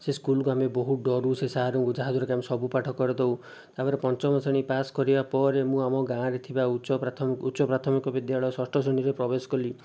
ସେ ସ୍କୁଲ୍କୁ ଆମେ ବହୁତ ଡରୁ ସେ ସାର୍ଙ୍କୁ ଯାହାଦ୍ୱାରାକି ଆମେ ସବୁ ପାଠ କରିଦେଉ ତା'ପରେ ପଞ୍ଚମ ଶ୍ରେଣୀ ପାସ୍ କରିବା ପରେ ମୁଁ ଆମ ଗାଁରେ ଥିବା ଉଚ୍ଚ ପ୍ରାଥମିକ ଉଚ୍ଚ ପ୍ରାଥମିକ ବିଦ୍ୟାଳୟ ଷଷ୍ଠ ଶ୍ରେଣୀରେ ପ୍ରବେଶ କଲି